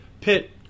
Pit